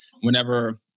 whenever